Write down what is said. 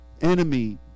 enemy